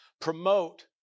promote